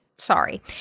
Sorry